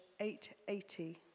880